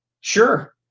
Sure